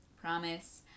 Promise